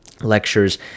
lectures